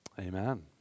Amen